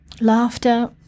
laughter